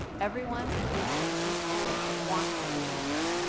everyone at the extension school wants to be here.